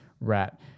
rat